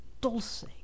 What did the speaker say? Dulce